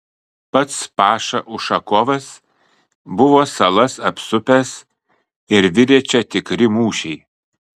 pats paša ušakovas buvo salas apsupęs ir virė čia tikri mūšiai